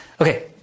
Okay